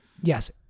Yes